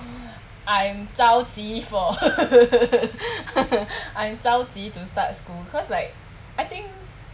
I'm 着急 for I'm 着急 to start school cause like I think